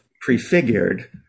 prefigured